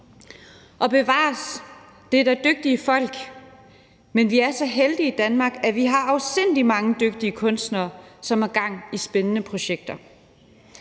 Og bevares, det er da dygtige folk, men vi er så heldige i Danmark, at vi har afsindig mange dygtige kunstnere, som har gang i spændende projekter.